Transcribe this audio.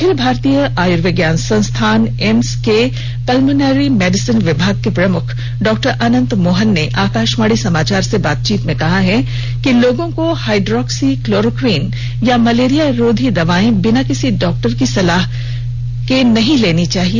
अखिल भारतीय आयुर्विज्ञान संस्थान एम्स के पल्मोनरी मेडिसन विभाग के प्रमुख डॉ अनंत मोहन ने आकाशवाणी समाचार से बातचीत में कहा कि लोगों को हाइड्रोक्सी क्लोरोक्विन या मलेरिया रोधी दवाएं बिना किसी डॉक्टर की सलीह के नहीं लेनी चाहिए